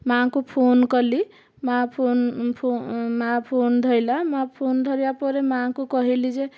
ମା'ଙ୍କୁ ଫୋନ୍ କଲି ମା' ଫୋନ୍ ମା' ଫୋନ୍ ଧରିଲା ମୋ ଫୋନ୍ ଧରିବା ପରେ ମା'ଙ୍କୁ କହିଲି ଯେ